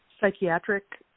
psychiatric